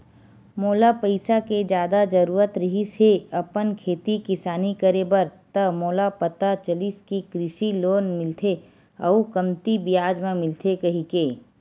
मोला पइसा के जादा जरुरत रिहिस हे अपन खेती किसानी करे बर त मोला पता चलिस कि कृषि लोन मिलथे अउ कमती बियाज म मिलथे कहिके